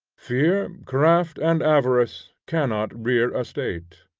fear, craft, and avarice cannot rear a state.